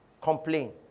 Complain